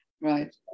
Right